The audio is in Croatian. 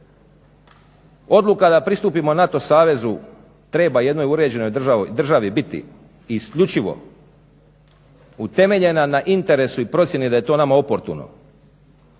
Odluka da pristupimo NATO savezu treba jednoj uređenoj državi biti isključivo utemeljena na interesu i procjeni da je to nama oportuno.